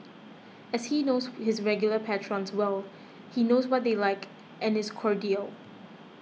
and as he knows his regular patrons well he knows what they like and is cordial